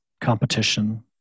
competition